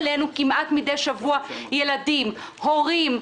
כמעט מידי שבוע ילדים, הורים,